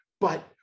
but-